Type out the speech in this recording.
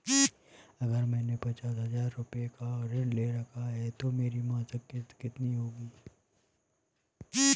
अगर मैंने पचास हज़ार रूपये का ऋण ले रखा है तो मेरी मासिक किश्त कितनी होगी?